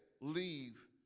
leave